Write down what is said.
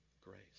grace